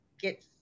get